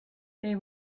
they